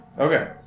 Okay